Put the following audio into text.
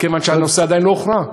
כיוון שהנושא עדיין לא הוכרע.